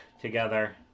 together